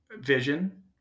vision